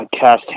cast